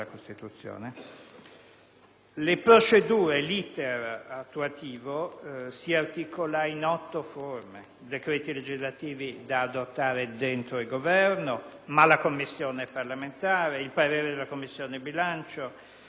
Le procedure e l'*iter* attuativo si articolano in otto forme: i decreti legislativi da adottare dal Governo, la Commissione parlamentare, il parere della Commissione bilancio,